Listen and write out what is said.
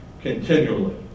continually